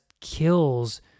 kills